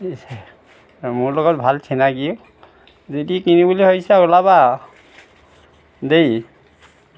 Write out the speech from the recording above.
মোৰ লগত ভাল চিনাকি যদি কিনিম বুলি ভাবিছা ওলাবা দেই